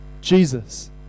Jesus